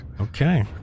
Okay